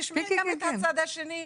את תשמעי גם את הצד השני.